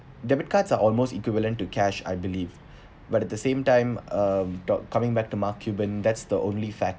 debit cards are almost equivalent to cash I believe but at the same time uh dot coming back to mark cuban that's the only fact